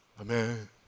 Amen